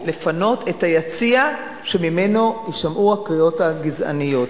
לפנות את היציע שממנו נשמעו הקריאות הגזעניות.